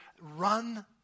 run